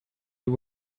you